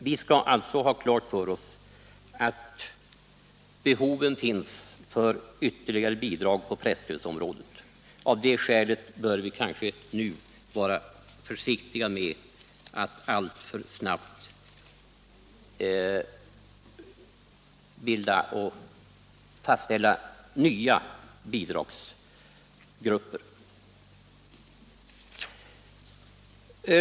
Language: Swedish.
Vi skall alltså ha klart för oss att behov finns av ytterligare bidrag på presstödsområdet. Av det skälet bör vi kanske nu vara försiktiga med att alltför snabbt fatta beslut om nya bidragsgrupper.